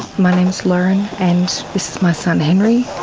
my name is loren and this is my son henry.